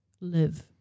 live